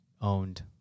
owned